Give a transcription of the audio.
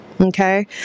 Okay